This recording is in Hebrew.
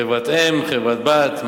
חברה-אם חברה-בת,